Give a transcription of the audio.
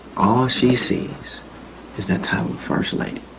all she sees is that title of first lady.